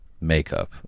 makeup